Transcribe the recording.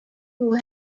who